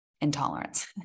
intolerance